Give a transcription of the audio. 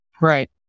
Right